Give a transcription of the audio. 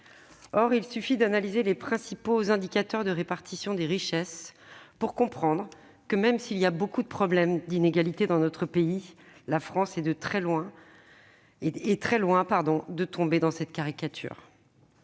Or il suffit d'analyser les principaux indicateurs de répartition des richesses pour comprendre que, même s'il y a de nombreux problèmes d'inégalités dans notre pays, la France est très loin de tomber dans cette caricature.